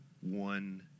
one